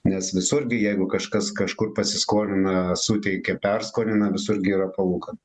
nes visur gi jeigu kažkas kažkur pasiskolina suteikia perskolina visur gera palūkanų